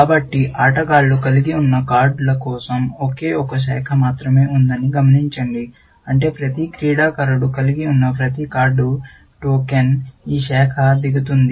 కాబట్టి ఆటగాళ్ళు కలిగి ఉన్న కార్డుల కోసం ఒకే ఒక శాఖ మాత్రమే ఉందని గమనించండి అంటే ప్రతి క్రీడాకారుడు కలిగి ఉన్న ప్రతి కార్డు టోకెన్ ఈ శాఖకు దిగుతుంది